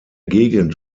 gegend